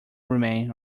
remain